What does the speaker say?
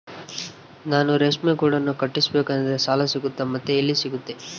ನಾನು ರೇಷ್ಮೆ ಗೂಡನ್ನು ಕಟ್ಟಿಸ್ಬೇಕಂದ್ರೆ ಸಾಲ ಸಿಗುತ್ತಾ ಮತ್ತೆ ಎಲ್ಲಿ ಸಿಗುತ್ತೆ?